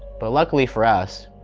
but luckily, for us,